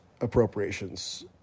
appropriations